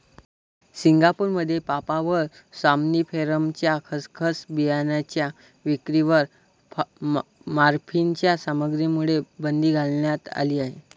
सिंगापूरमध्ये पापाव्हर सॉम्निफेरमच्या खसखस बियाणांच्या विक्रीवर मॉर्फिनच्या सामग्रीमुळे बंदी घालण्यात आली आहे